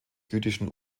jüdischen